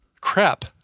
Crap